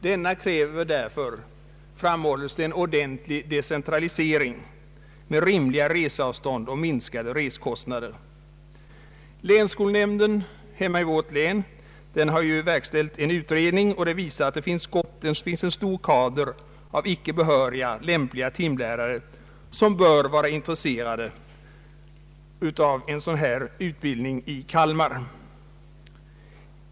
Denna kräver därför, framhålles det, en ordentlig decentralisering med rimliga reseavstånd och minskade resekostnader. Länsskolnämnden i mitt hemlän har verkställt en utredning, som visar att det finns en stor kader av icke-behöriga men lämpliga timlärare, vilka bör vara intresserade av en sådan här utbildning i Kalmar.